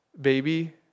baby